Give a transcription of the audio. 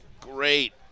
Great